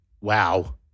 Wow